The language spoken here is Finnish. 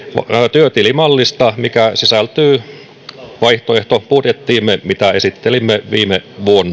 työtilimallista mikä sisältyy vaihtoehtobudjettiimme minkä esittelimme viime